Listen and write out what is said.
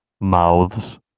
mouths